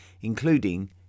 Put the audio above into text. including